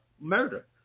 murder